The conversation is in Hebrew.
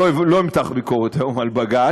אני לא אמתח ביקורת היום על בג"ץ,